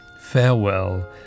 Farewell